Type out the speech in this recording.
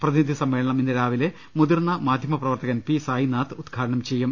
പ്രതിനിധി സമ്മേളനം ഇന്ന് രാവിലെ മുതിർന്ന മാധ്യമ പ്രവർത്തകൻ പി സായിനാഥ് ഉദ്ഘാ ടനം ചെയ്യും